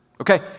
Okay